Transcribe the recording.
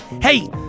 Hey